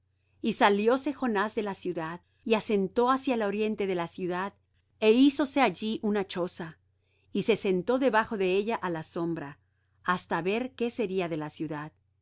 y salióse jonás de la ciudad y asentó hacia el oriente de la ciudad é hízose allí una choza y se sentó debajo de ella á la sombra hasta ver qué sería de la ciudad